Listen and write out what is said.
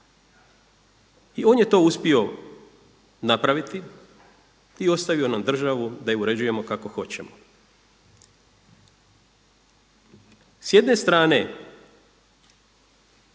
I on je to uspio napraviti i ostavio nam državu da ju uređujemo kako hoćemo. S jedne strane